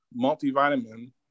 multivitamin